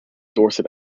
dorset